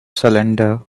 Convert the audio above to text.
cylinder